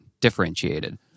differentiated